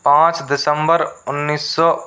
पाँच दिसम्बर उन्नीस सौ